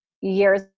years